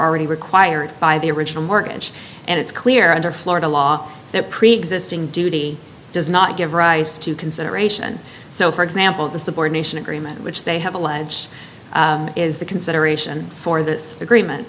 already required by the original mortgage and it's clear under florida law that preexisting duty does not give rise to consideration so for example the subordination agreement which they have alleged is the consideration for this agreement